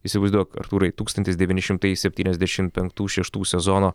įsivaizduok artūrai tūkstantis devyni šimtai septyniasdešim penktų šeštų sezono